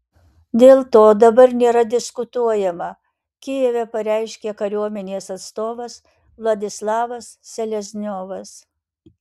dėl to dabar nėra diskutuojama kijeve pareiškė kariuomenės atstovas vladislavas selezniovas